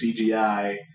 CGI